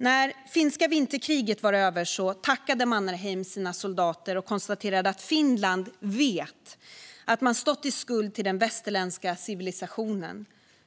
När finska vinterkriget var över tackade Mannerheim sina soldater och konstaterade att Finland vet att man stått i skuld till den västerländska civilisationen